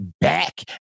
back